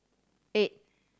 eight